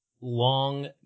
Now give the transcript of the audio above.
long